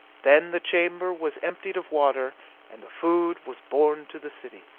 then the chamber was emptied of water and the food was borne to the city.